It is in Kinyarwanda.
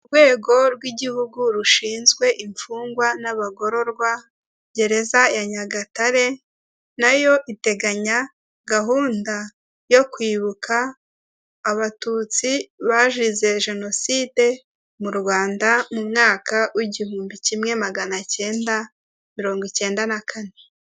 Urwego rw' igihugu rushinzwe imfungwa n'abagororwa, gereza ya Nyagatare nayo iteganya gahunda yo kwibuka abatutsi bazize jenoside mu Rwanda mu mwaka w'igihumbi kimwe magana kenda mirongo ikenda na kane.